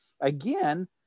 again